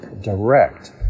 direct